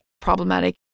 problematic